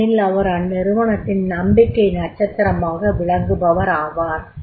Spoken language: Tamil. ஏனெனில் அவர் அந்நிறுவனத்தின் நம்பிக்கை நட்சத்திரமாக விளங்குபவராவார்